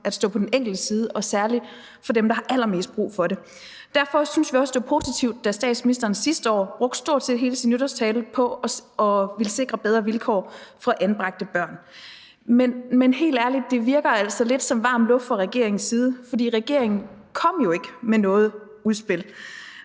at stå på den enkeltes side og særlig i forhold til dem, der har allermest brug for det. Derfor syntes vi også, det var positivt, da statsministeren sidste år brugte stort set hele sin nytårstale på, at man ville sikre bedre vilkår for anbragte børn. Men helt ærligt, det virker altså lidt som varm luft fra regeringens side, for regeringen kom jo ikke med noget udspil.